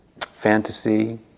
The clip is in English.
fantasy